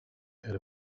heard